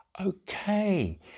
okay